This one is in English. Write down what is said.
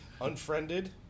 Unfriended